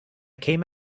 came